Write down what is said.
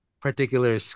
particular